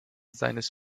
seines